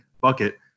bucket